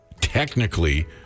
technically